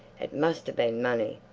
it must have been money,